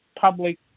public